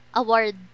award